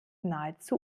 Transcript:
nahezu